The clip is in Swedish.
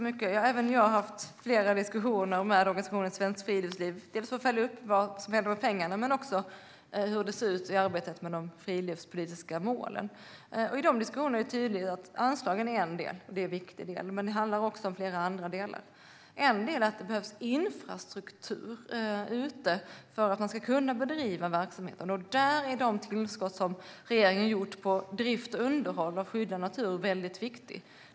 Herr talman! Även jag har haft flera diskussioner med organisationen Svenskt Friluftsliv, dels för att följa upp vad som händer med pengarna, dels för att se hur det ser ut i arbetet med de friluftspolitiska målen. I de diskussionerna är det tydligt att anslagen är en viktig del men att det också handlar om flera andra delar. En del är att det behövs infrastruktur ute för att man ska kunna bedriva verksamheten. Där är de tillskott som regeringen gjort till drift och underhåll och skydd av natur väldigt viktiga.